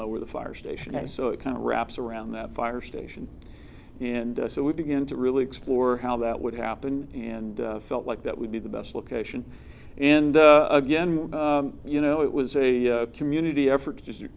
know where the fire station is so it kind of wraps around that fire station and so we begin to really explore how that would happen and felt like that would be the best location and again you know it was a community effort to